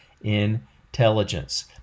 intelligence